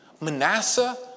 Manasseh